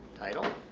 title